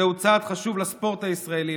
זהו צעד חשוב לספורט הישראלי,